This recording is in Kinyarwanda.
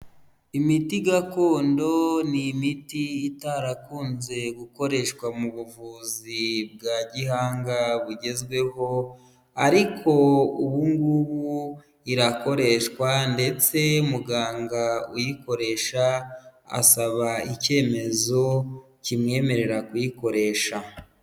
Imiti gakondo n' imiti itarakunze gukoreshwa mu buvuzi bwa gihanga bugezweho ariko ubungubu irakoreshwa ndetse muganga uyikoresha asaba icyemezo kimwemerera kuyikoresha.